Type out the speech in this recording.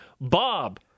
Bob